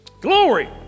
Glory